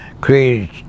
create